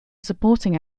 supporting